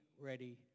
ready